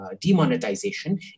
demonetization